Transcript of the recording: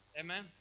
amen